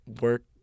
work